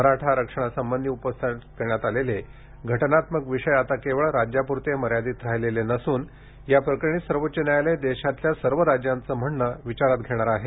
मराठा आरक्षणासंबंधी उपस्थित करण्यात आलेले घटनात्मक विषय आता केवळ राज्यापुरते मर्यादित राहिलेले नसून या प्रकरणी सर्वोच्च न्यायालय देशातल्या सर्व राज्यांचं म्हणणं विचारात घेणार आहे